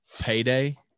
payday